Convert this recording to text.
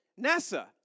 NASA